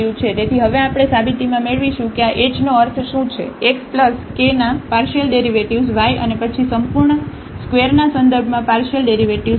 તેથી હવે આપણે સાબિતીમાં મેળવીશું કે આ એચનો અર્થ શું છેx કેના પાર્શિયલડેરિવેટિવ્ઝ y અને પછી સંપૂર્ણ ² ના સંદર્ભમાં પાર્શિયલ ડેરિવેટિવ્ઝ